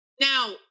Now